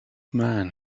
man